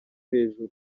hejuru